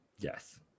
Yes